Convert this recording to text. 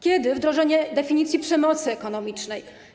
Kiedy wdrożenie definicji przemocy ekonomicznej?